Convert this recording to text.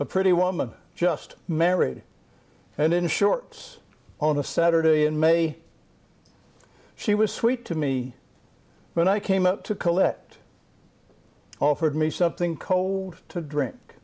a pretty woman just married and in shorts on a saturday in may she was sweet to me when i came up to collect offered me something cold to drink